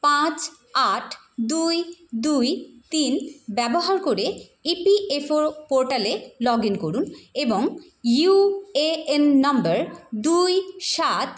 পাঁচ আট দুই দুই তিন ব্যবহার করে ই পি এফ ও পোর্টালে লগ ইন করুন এবং ইউএএন নম্বর দুই সাত